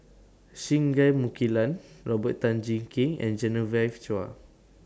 Singai Mukilan Robert Tan Jee Keng and Genevieve Chua